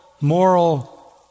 moral